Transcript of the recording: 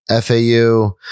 FAU